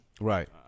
Right